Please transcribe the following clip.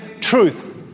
truth